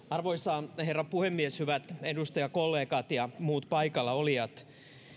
arvoisa herra puhemies hyvät edustajakollegat ja muut paikallaolijat